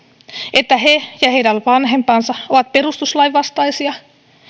että he ja heidän vanhempansa ovat perustuslain vastaisia